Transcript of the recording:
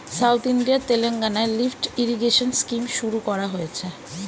south ইন্ডিয়ার তেলেঙ্গানায় lift irrigation scheme শুরু করা হয়েছে